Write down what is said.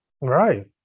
Right